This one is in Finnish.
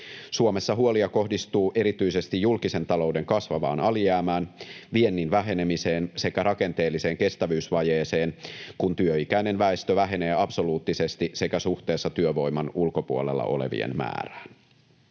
Suomessa huolia kohdistuu erityisesti julkisen talouden kasvavaan alijäämään, viennin vähenemiseen sekä rakenteelliseen kestävyysvajeeseen, kun työikäinen väestö vähenee absoluuttisesti sekä suhteessa työvoiman ulkopuolella olevien määrään.